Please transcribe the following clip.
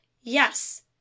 Yes